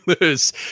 lose